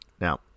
now